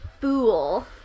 fool